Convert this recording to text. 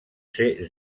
ser